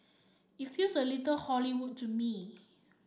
it feels a little Hollywood to me